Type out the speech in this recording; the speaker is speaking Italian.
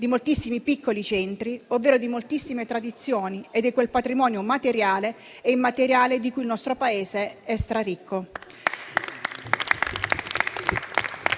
di moltissimi piccoli centri, ovvero di moltissime tradizioni. Si tratta di quel patrimonio materiale e immateriale di cui il nostro Paese è straricco.